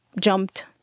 jumped